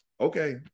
okay